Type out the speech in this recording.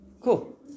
cool